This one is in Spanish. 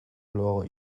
hago